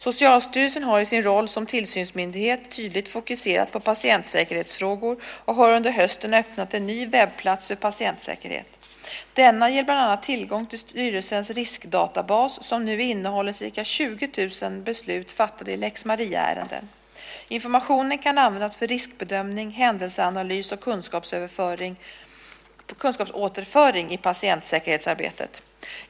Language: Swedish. Socialstyrelsen har i sin roll som tillsynsmyndighet tydligt fokuserat på patientsäkerhetsfrågor och har under hösten öppnat en ny webbplats för patientsäkerhet. Denna ger bland annat tillgång till styrelsens riskdatabas som nu innehåller ca 20 000 beslut fattade i lex Maria-ärenden. Informationen kan användas för riskbedömning, händelseanalys och kunskapsåterföring i patientsäkerhetsarbetet.